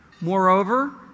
Moreover